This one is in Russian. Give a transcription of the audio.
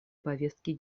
повестки